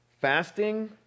Fasting